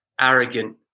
arrogant